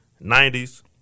90s